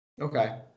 Okay